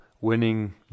winning